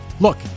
Look